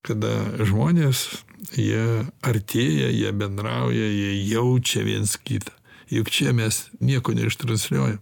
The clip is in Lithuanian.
kada žmonės jie artėja jie bendrauja jie jaučia viens kitą juk čia mes nieko neištransliuoja